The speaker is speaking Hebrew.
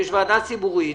יש ועדה ציבורית,